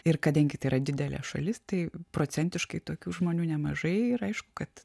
ir kadangi tai yra didelė šalis tai procentiškai tokių žmonių nemažai ir aišku kad